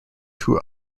two